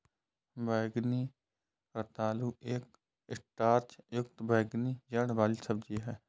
बैंगनी रतालू एक स्टार्च युक्त बैंगनी जड़ वाली सब्जी है